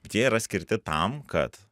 bet jie yra skirti tam kad